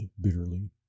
bitterly